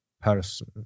person